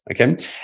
okay